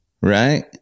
right